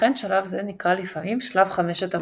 לכן שלב זה נקרא לפעמים שלב חמשת המוחות.